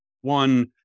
one